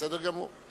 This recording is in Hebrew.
בסדר גמור.